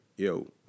Yo